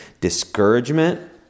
discouragement